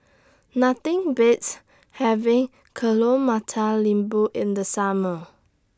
Nothing Beats having Telur Mata Lembu in The Summer